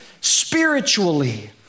spiritually